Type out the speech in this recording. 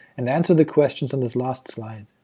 and answer the questions on this last slide,